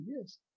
yes